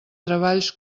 treballs